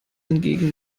hingegen